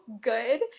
good